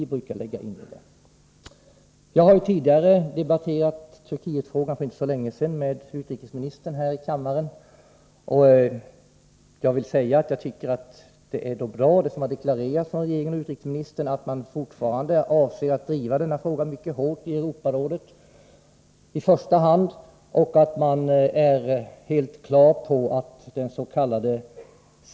Jag har för inte så länge sedan debatterat Turkietfrågan med utrikesministern här i kammaren. Jag vill säga att jag tycker det är bra, som deklarerats från regeringen och utrikesministern, att man fortfarande avser att driva denna fråga mycket hårt i första hand i Europarådet och är helt klar över att dens.k.